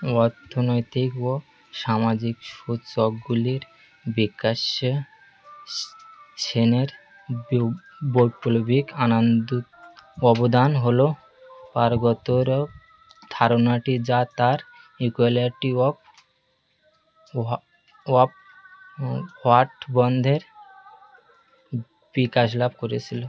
অর্থনীতি ও সামাজিক সূচকগুলির বিকাশে সেনের ব্লু বৈপ্লবিক আনন্দ অবদান হলো পারগতরা ধারণাটি যা তার ইক্যুইল্যাটি অফ ভা অফ হোয়াট বন্ধে বিকাশ লাভ করেছিলো